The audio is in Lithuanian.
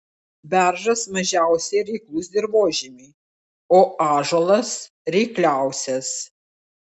beržas mažiausiai reiklus dirvožemiui o ąžuolas reikliausias